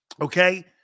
Okay